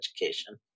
education